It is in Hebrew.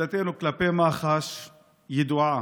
עמדתנו כלפי מח"ש ידועה.